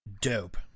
dope